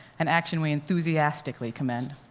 an action we enthusiastically commend.